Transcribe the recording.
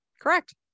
Correct